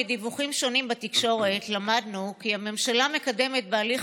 מדיווחים שונים בתקשורת למדנו כי הממשלה מקדמת בהליך